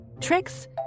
Tricks